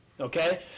okay